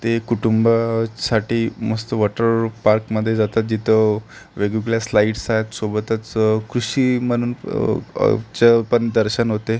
ते कुटुंबासाठी मस्त वॉटर पार्कमध्ये जातात जिथं वेगवेगळ्या स्लाईडस आहेत सोबतच कृषी म्हणून चं पण दर्शन होते